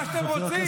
שותק.